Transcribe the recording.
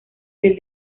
del